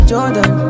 Jordan